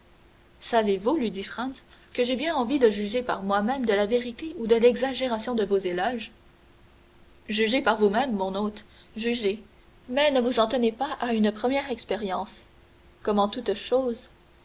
savez-vous lui dit franz que j'ai bien envie de juger par moi-même de la vérité ou de l'exagération de vos éloges jugez par vous-même mon hôte jugez mais ne vous en tenez pas à une première expérience comme en toute chose